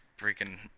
freaking